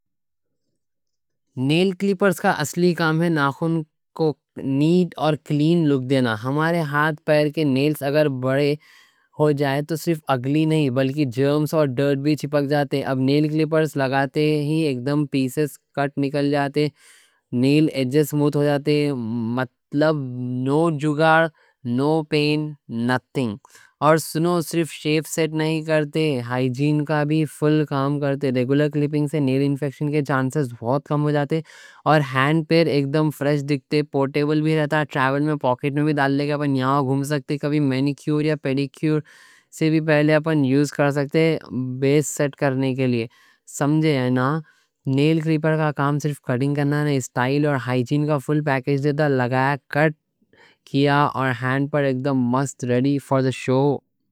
نیل کلپرز کا اصلی کام ہے ناخن کو نیٹ اور کلین لُک دینا۔ ہمارے ہاتھ پیر کے نیل اگر بڑے ہو جائیں تو صرف اگلی نہیں بلکہ جرمز اور ڈرٹ بھی چپک جاتے ہیں۔ اب نیل کلپرز لگاتے ہی اگدم پیسز کٹ نکل جاتے ہیں۔ نیل ایجز سموتھ ہو جاتے۔ مطلب نو جگاڑ، نو پین، نتھنگ، اور سنو صرف شیپ سیٹ نہیں کرتے، ہائیجین کا بھی فل کام کرتے۔ ریگولر کلپنگ سے نیل انفیکشن کے چانسز بہت کم ہو جاتے۔ اور ہینڈ پیر اگدم فریش دیکھتے، پورٹیبل بھی رہتا، ٹریول میں پاکٹ میں بھی ڈال لے کے ہم یہاں گھوم سکتے ہیں۔ کبھی مینیکیور یا پیڈیکیور سے بھی پہلے ہم یوز کر سکتے ہیں بیس سیٹ کرنے کے لیے۔ سمجھے ہیں نا نیل کلپرز کا کام صرف کٹنگ کرنا نہیں، اسٹائل اور ہائیجین کا فل پیکیج دیتا، لگایا کٹ کیا اور ہینڈ پیر اگدم مست ریڈی فار شو۔